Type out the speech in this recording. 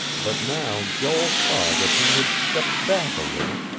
but now joel saw that he had stepped back a little,